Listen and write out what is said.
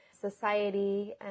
society